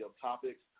topics